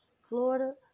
Florida